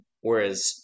Whereas